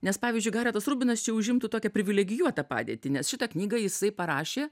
nes pavyzdžiui garetas rubinas čia užimtų tokią privilegijuotą padėtį nes šitą knygą jisai parašė